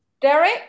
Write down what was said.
Derek